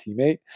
teammate